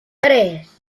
tres